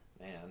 Man